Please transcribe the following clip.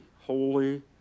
holy